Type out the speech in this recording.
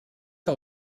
que